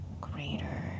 greater